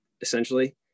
essentially